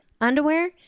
underwear